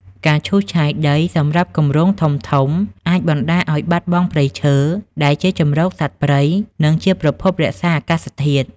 ការឈូសឆាយដីសម្រាប់គម្រោងធំៗអាចបណ្ដាលឲ្យបាត់បង់ព្រៃឈើ ដែលជាជម្រកសត្វព្រៃ និងជាប្រភពរក្សាអាកាសធាតុ។